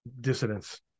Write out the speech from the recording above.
dissidents